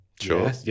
Sure